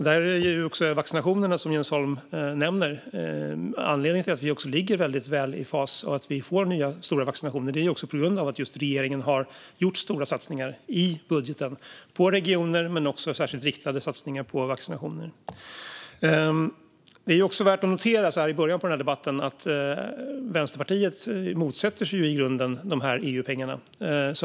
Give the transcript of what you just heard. De vaccinationer som Jens Holm nämnde är anledningen till att vi ligger väl i fas. Att det sker många vaccinationer är tack vare att regeringen har gjort stora satsningar i budgeten på regioner och särskilt riktade satsningar på vaccinationer. Det är också värt att notera i början av debatten att Vänsterpartiet i grunden motsätter sig EU-pengarna.